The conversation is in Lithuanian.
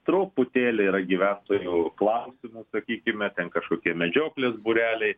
truputėlį yra gyventojų klausimų sakykime ten kažkokie medžioklės būreliai